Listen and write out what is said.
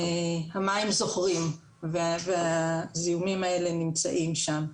המים "זוכרים" והזיהומים האלה נמצאים שם.